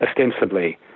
ostensibly